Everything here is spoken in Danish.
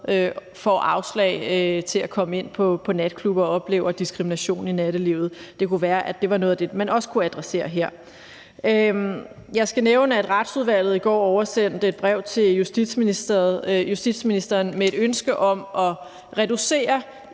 afslag på at komme ind på natklubber og oplever diskrimination i nattelivet. Det kunne være, at det var noget af det, man også kunne adressere her. Jeg skal nævne, at Retsudvalget i går oversendte et brev til justitsministeren med et ønske om at reducere